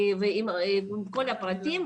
עם כל הפרטים,